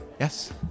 Yes